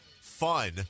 fun